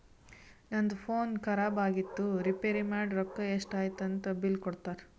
ನಂದು ಫೋನ್ ಖರಾಬ್ ಆಗಿತ್ತು ರಿಪೇರ್ ಮಾಡಿ ರೊಕ್ಕಾ ಎಷ್ಟ ಐಯ್ತ ಅಂತ್ ಬಿಲ್ ಕೊಡ್ತಾರ್